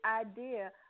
idea